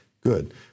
good